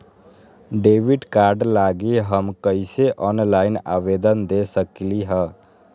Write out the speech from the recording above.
Debit card लागी हम कईसे ऑनलाइन आवेदन दे सकलि ह?